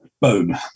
Boom